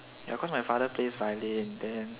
ya cause my father plays violin then